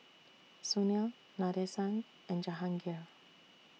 Sunil Nadesan and Jahangir